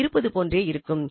இது இவ்வாறே இருக்கும்